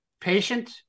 patient